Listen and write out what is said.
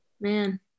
man